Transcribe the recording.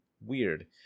weird